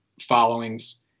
followings